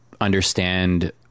understand